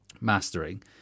mastering